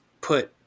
put